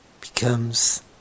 becomes